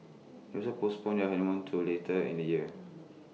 also postponed your honeymoon to later in the year